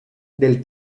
del